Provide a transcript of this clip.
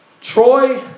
Troy